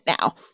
now